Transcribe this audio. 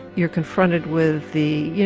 you're confronted with the, you